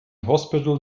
hospital